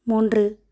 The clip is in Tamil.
மூன்று